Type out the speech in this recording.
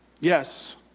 Yes